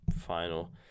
final